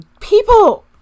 people